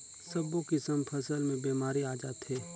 सब्बो किसम फसल मे बेमारी आ जाथे